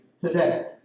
today